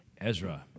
Ezra